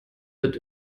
wird